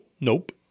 Nope